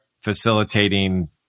facilitating